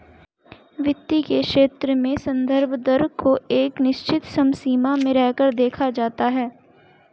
वित्त के क्षेत्र में संदर्भ दर को एक निश्चित समसीमा में रहकर देखा जाता है